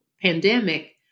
pandemic